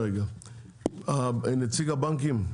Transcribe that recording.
נציג הבנקים,